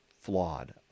flawed